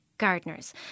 gardeners